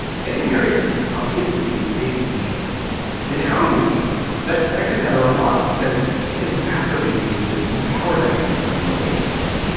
getting married is obviously a big deal in how you propose that that can matter a lot because it can exacerbate the existing power dynamics in a relationship